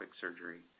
surgery